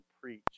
preach